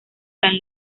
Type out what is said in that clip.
san